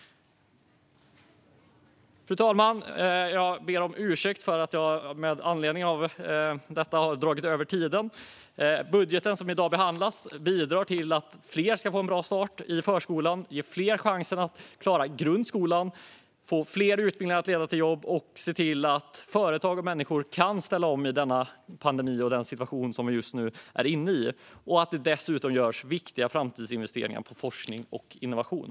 Fru talman! Budgeten som i dag behandlas bidrar till att fler ska få en bra start i förskolan, till att ge fler chansen att klara grundskolan, till fler utbildningar som leder till jobb och till att företag och människor kan ställa om i den pandemi och situation som vi just nu är inne i. Dessutom görs viktiga framtidsinvesteringar i forskning och innovation.